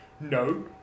No